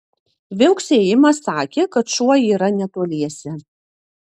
viauksėjimas sakė kad šuo yra netoliese